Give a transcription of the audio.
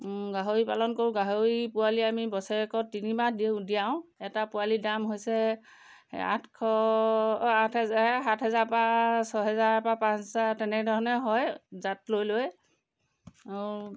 গাহৰি পালন কৰোঁ গাহৰি পোৱালি আমি বছৰেকত তিনিমাহ দিওঁ দিয়াওঁ এটা পোৱালিৰ দাম হৈছে এই আঠশ অ' আঠ হেজাৰে সাত হেজাৰ পা ছয় হেজাৰ পা পাঁচ হেজাৰ তেনেধৰণে হয় জাত লৈ লৈ আৰু